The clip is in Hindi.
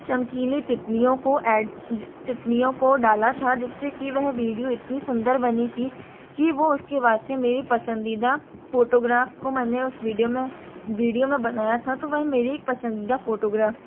चमकीली तितलियों को ऐड तितलियों को डाला था जिससे की वह वीडियो इतनी सुंदर बनी थी कि वह उसके बाद से मेरी पसंदीदा फ़ोटोग्राफ को मैंने उस वीडियो में वीडियो में बनाया था तो वह मेरी पसंदीदा फ़ोटोग्राफ